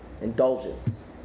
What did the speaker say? indulgence